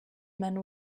men